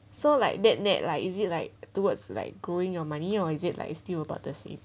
so like that that like is it like towards like growing your money or is it like it's still about the same